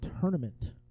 tournament